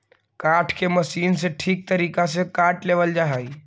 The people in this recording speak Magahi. काष्ठ के मशीन से ठीक तरीका से काट लेवल जा हई